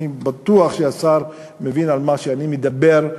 אני בטוח שהשר מבין על מה אני מדבר,